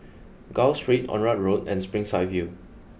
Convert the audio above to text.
Gul Street Onraet Road and Springside View